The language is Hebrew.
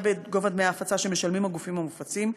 בגובה דמי ההפצה שמשלמים לגופים המפיצים,